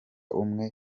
umwe